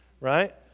right